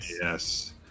yes